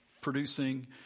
producing